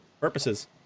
Purposes